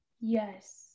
yes